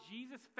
Jesus